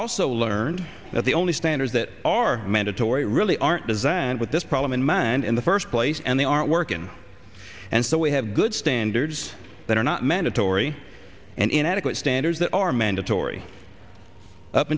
also learned that the only standards that are mandatory really aren't designed with this problem in man in the first place and they aren't working and so we have good standards that are not mandatory and inadequate standards that are mandatory up